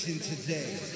today